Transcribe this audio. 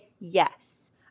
yes